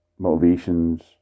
motivations